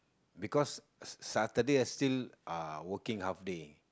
because Saturday I still uh working half day